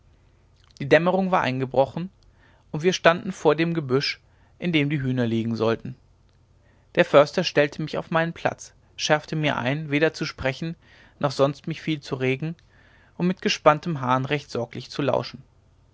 die dämmerung war eingebrochen und wir standen vor dem gebüsch in dem die hühner liegen sollten der förster stellte mich auf meinen platz schärfte mir ein weder zu sprechen noch sonst mich viel zu regen und mit gespanntem hahn recht sorglich zu lauschen